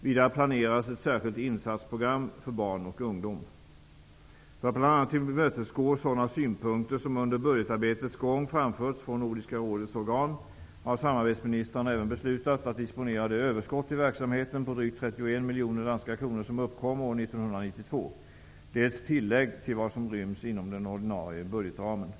Vidare planeras ett särskilt insatsprogram för barn och ungdom. För att bl.a. tillmötesgå sådana synpunkter som under budgetarbetets gång framförts från Nordiska rådets organ har samarbetsministrarna även beslutat att disponera det överskott i verksamheten på drygt 31 miljoner danska kronor som uppkom år 1992. Det är ett tillägg till vad som ryms inom den ordinarie budgetramen.